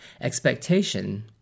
Expectation